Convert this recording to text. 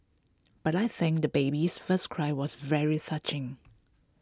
but I think the baby's first cry was very